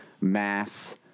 mass